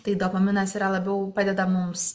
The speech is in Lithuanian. tai dopaminas yra labiau padeda mums